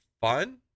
fun